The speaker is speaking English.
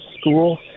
school